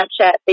Snapchat